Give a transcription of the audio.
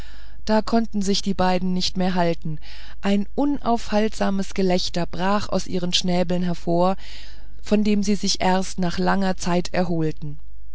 da konnten sich die beiden nicht mehr halten ein unaufhaltsames gelächter brach aus ihren schnäbeln hervor von dem sie sich erst nach langer zeit erholten